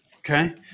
Okay